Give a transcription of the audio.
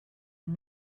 and